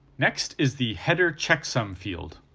next is the header checksum field,